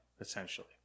essentially